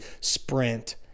sprint